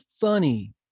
funny